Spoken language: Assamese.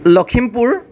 লখিমপুৰ